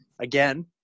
again